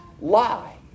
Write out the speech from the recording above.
lie